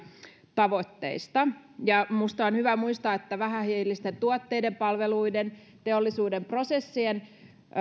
tavoitteista minusta on hyvä muistaa että vähähiilisten tuotteiden palveluiden teollisuuden prosessien